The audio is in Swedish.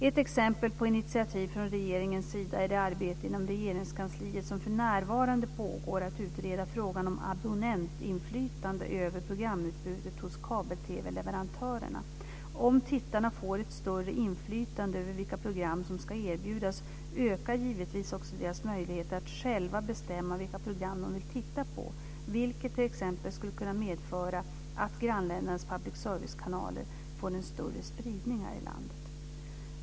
Ett exempel på initiativ från regeringens sida är det arbete inom Regeringskansliet som för närvarande pågår med att utreda frågan om abonnentinflytande över programutbudet hos kabel-TV-leverantörerna. Om tittarna får ett större inflytande över vilka program som ska erbjudas ökar givetvis också deras möjligheter att själva bestämma vilka program de vill titta på, vilket t.ex. skulle kunna medföra att grannländernas public service-kanaler får en större spridning här i landet.